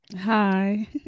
hi